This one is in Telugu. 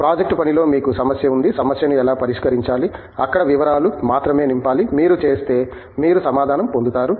ప్రాజెక్ట్ పనిలో మీకు సమస్య ఉంది సమస్యను ఎలా పరిష్కరించాలి అక్కడ వివరాలు మాత్రమే నింపాలి మీరు చేస్తే మీరు సమాధానం పొందుతారు